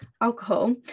alcohol